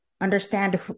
understand